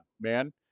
man